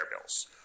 bills